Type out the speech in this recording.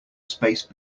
space